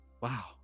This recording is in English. Wow